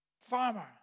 farmer